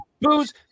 booze